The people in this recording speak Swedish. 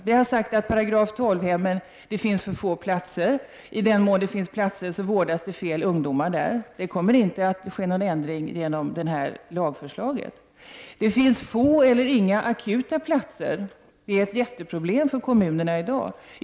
Vi har sagt att det finns för få platser på § 12-hemmen. Och i den mån det finns platser vårdas fel ungdomar där. Det kommer inte att ske någon ändring genom detta lagförslag. Det finns få eller inga akuta platser. Det är ett jätteproblem för kommunerna i dag.